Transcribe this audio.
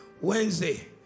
Wednesday